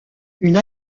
une